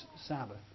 Sabbath